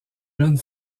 jeune